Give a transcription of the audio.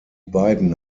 beiden